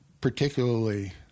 particularly